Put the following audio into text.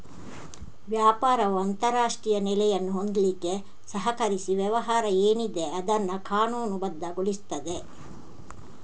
ವ್ಯಾಪಾರವು ಅಂತಾರಾಷ್ಟ್ರೀಯ ನೆಲೆಯನ್ನು ಹೊಂದ್ಲಿಕ್ಕೆ ಸಹಕರಿಸಿ ವ್ಯವಹಾರ ಏನಿದೆ ಅದನ್ನ ಕಾನೂನುಬದ್ಧಗೊಳಿಸ್ತದೆ